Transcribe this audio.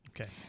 okay